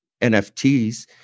NFTs